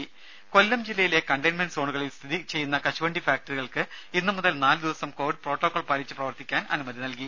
രുമ കൊല്ലം ജില്ലയിലെ കണ്ടയിൻമെന്റ് സോണുകളിൽ സ്ഥിതി ചെയ്യുന്ന കശുവണ്ടി ഫാക്ടറികൾക്ക് ഇന്നു മുതൽ നാലു ദിവസം കൊവിഡ് പ്രോട്ടോകോൾ പാലിച്ച് പ്രവർത്തിക്കാൻ അനുമതി നൽകി